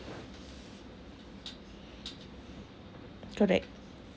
correct